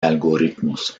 algoritmos